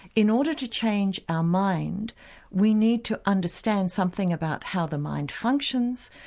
in order to change our mind we need to understand something about how the mind functions,